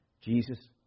Jesus